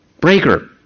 breaker